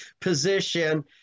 position